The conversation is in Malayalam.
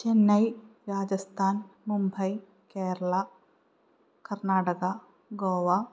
ചെന്നൈ രാജസ്ഥാൻ മുംബൈ കേരള കർണാടക ഗോവ